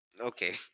Okay